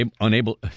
unable